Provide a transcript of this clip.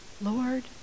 Lord